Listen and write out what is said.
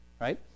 right